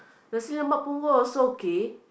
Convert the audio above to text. nasi-lemak Punggol also okay